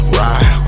ride